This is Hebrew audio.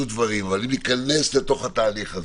אבל ניכנס לתוך התהליך הזה.